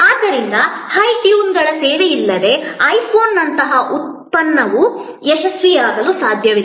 ಆದ್ದರಿಂದ ಹೈ ಟ್ಯೂನ್ಗಳ ಸೇವೆಯಿಲ್ಲದೆ ಐ ಫೋನ್ನಂತಹ ಉತ್ಪನ್ನವು ಯಶಸ್ವಿಯಾಗಲು ಸಾಧ್ಯವಿಲ್ಲ